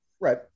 Right